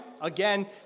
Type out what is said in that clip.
again